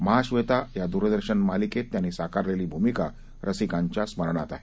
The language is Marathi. महाब्वेता या दूरदर्शन मालिकेत त्यांनी साकारलेली भूमिका रसिकांच्या स्मरणात आहे